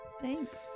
Thanks